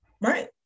Right